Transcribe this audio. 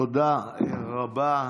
תודה רבה.